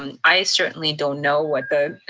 and i certainly don't know what the,